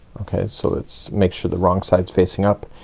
okay, so let's make sure the wrong sides facing up.